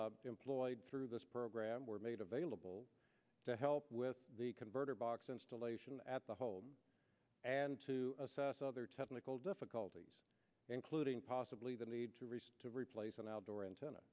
employed through this program were made available to help with the converter box installation at the home and to assess other technical difficulties including possibly the need to resort to replace an outdoor antenna